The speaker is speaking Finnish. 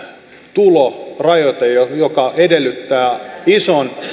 tulorajoite joka edellyttää ison